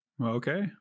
Okay